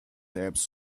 tabs